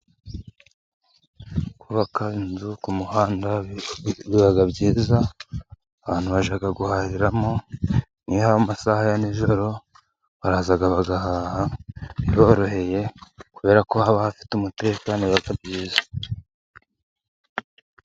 Kubaka inzu ku muhanda biba byiza, abantu bajya guhahiramo niyo ari amasaha ya nijoro baraza bagaha biboroheye, kubera ko haba hafite umutekano, biba byiza.